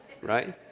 right